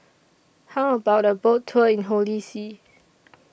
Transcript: How about A Boat Tour in Holy See